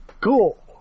Cool